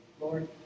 Lord